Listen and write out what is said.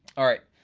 alright,